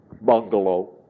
bungalow